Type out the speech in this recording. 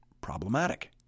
problematic